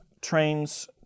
trains